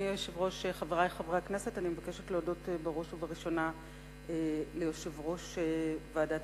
אני מזמין את חברת הכנסת שלי יחימוביץ, שהיא יוזמת